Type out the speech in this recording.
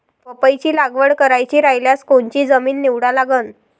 पपईची लागवड करायची रायल्यास कोनची जमीन निवडा लागन?